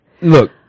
Look